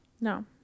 No